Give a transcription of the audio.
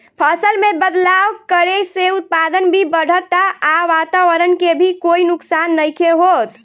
फसल में बदलाव करे से उत्पादन भी बढ़ता आ वातवरण के भी कोई नुकसान नइखे होत